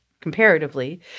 comparatively